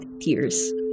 tears